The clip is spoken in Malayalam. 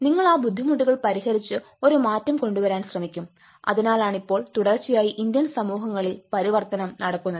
നിങ്ങൾ ആ ബുദ്ധിമുട്ടുകൾ പരിഹരിച്ച് ഒരു മാറ്റം കൊണ്ടുവരാൻ ശ്രമിക്കും അതിനാലാണ് ഇപ്പൊൾ തുടർച്ചയായി ഇന്ത്യൻ സമൂഹങ്ങളിൽ പരിവർത്തനം നടക്കുന്നത്